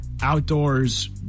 outdoors